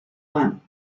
one